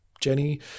Jenny